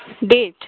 date